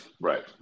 right